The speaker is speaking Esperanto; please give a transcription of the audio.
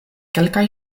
kelkaj